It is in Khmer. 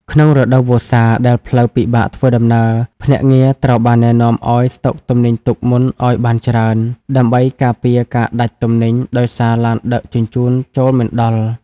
ក្នុងរដូវវស្សាដែលផ្លូវពិបាកធ្វើដំណើរ ភ្នាក់ងារត្រូវបានណែនាំឱ្យ "ស្តុកទំនិញទុកមុនឱ្យបានច្រើន" ដើម្បីការពារការដាច់ទំនិញដោយសារឡានដឹកជញ្ជូនចូលមិនដល់។